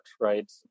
right